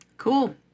Cool